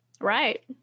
right